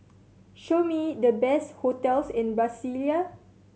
show me the best hotels in Brasilia